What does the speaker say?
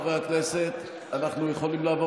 אנחנו יכולים לעבור,